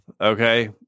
okay